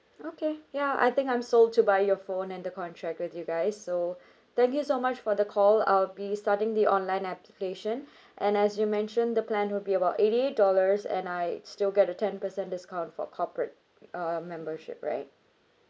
okay ya I think I'm sold to buy your phone and the contract with you guys so thank you so much for the call I will be starting the online application and as you mentioned the plan would be about eighty eight dollars and I still get a ten percent discount for corporate err membership right